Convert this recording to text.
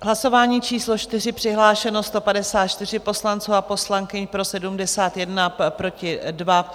Hlasování číslo 4, přihlášeno 154 poslanců a poslankyň, pro 71, proti 2.